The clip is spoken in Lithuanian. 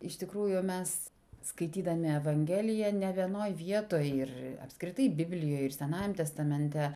iš tikrųjų mes skaitydami evangeliją ne vienoj vietoj ir apskritai biblijoj ir senajam testamente